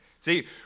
See